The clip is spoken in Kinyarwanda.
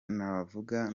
navuga